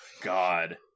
God